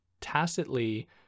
tacitly